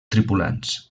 tripulants